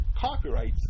copyrights